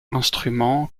instruments